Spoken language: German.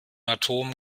atomen